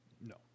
No